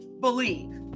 believe